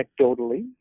anecdotally